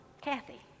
Kathy